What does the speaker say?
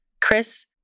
Chris